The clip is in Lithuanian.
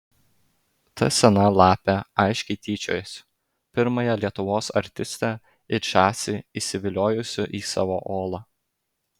ta sena lapė aiškiai tyčiojosi pirmąją lietuvos artistę it žąsį įsiviliojusi į savo olą